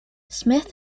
smith